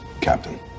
Captain